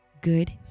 good